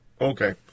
Okay